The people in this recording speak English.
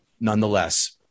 nonetheless